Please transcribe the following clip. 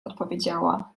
odpowiedziała